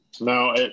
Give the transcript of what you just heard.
No